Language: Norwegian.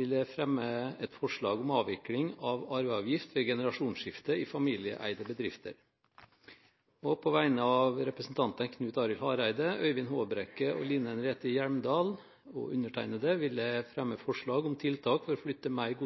vil jeg fremme et forslag om avvikling av arveavgift ved generasjonsskifte i familieeide bedrifter. På vegne av representantene Knut Arild Hareide, Øyvind Håbrekke, Line Henriette Hjemdal og undertegnede vil jeg fremme et forslag om tiltak for å flytte mer